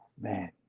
man